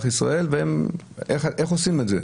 איך עושים את זה?